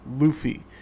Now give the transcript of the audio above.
Luffy